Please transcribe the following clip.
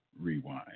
Rewind